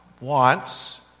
wants